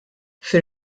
fir